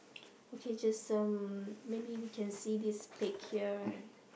okay just um maybe we can see this pig here and